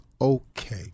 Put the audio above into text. Okay